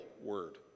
word